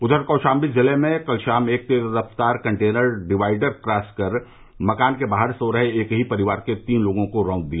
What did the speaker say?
उधर कौशाम्वी जिले में कल शाम एक तेज रफ्तार कंटेनर डिवाइडर क्रॉस कर मकान के बाहर सो रहे एक ही परिवार के तीन लोगों को रौंद दिया